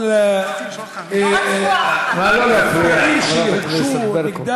גם לא דרסו אף,